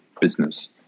business